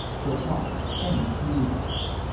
joe fryer, nbc news.